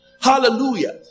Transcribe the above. Hallelujah